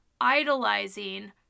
idolizing